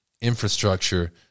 infrastructure